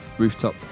rooftop